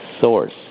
source